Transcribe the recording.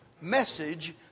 message